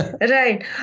right